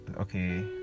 okay